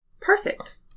Perfect